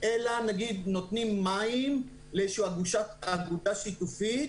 אלא נניח נותנים מים לאגודה שיתופית,